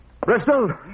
Bristol